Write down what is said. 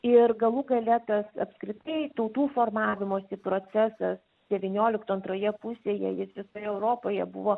ir galų gale tas apskritai tautų formavimosi procesas devyniolikto antroje pusėje jis visoje europoje buvo